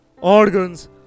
organs